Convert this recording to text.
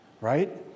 right